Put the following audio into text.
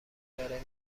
داره